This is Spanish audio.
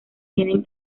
tienen